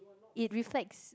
it reflects